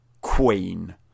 queen